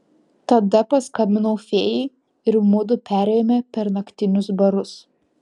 tada paskambinau fėjai ir mudu perėjome per naktinius barus